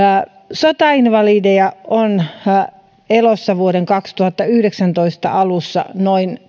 sotainvalideja on elossa vuoden kaksituhattayhdeksäntoista alussa noin